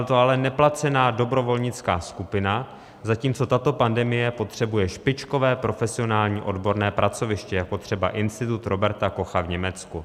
To je ale neplacená dobrovolnická skupina, zatímco tato pandemie potřebuje špičkové profesionální odborné pracoviště, jako třeba Institut Roberta Kocha v Německu.